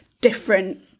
different